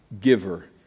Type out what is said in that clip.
giver